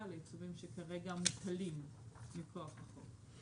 ליישובים שכרגע מוקלים מכוח החוק.